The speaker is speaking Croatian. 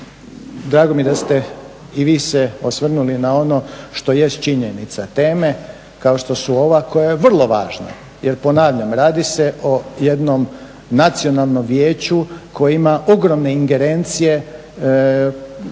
drago mi je da ste i vi se osvrnuli na ono što jest činjenica. Teme kao što su ova koja je vrlo važna. Jer ponavljam radi se o jednom Nacionalnom vijeću koje ima ogromne ingerencije u smislu